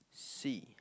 C